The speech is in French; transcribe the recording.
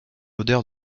odeur